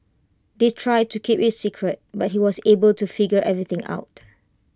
they tried to keep IT A secret but he was able to figure everything out